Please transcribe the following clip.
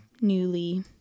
newly